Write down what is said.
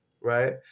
right